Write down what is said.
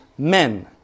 Men